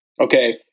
Okay